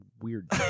weird